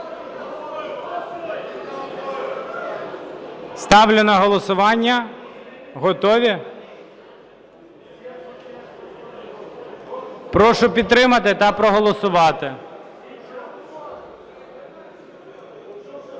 Ставлю на голосування. Готові? Прошу підтримати та проголосувати.